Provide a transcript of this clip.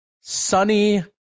Sunny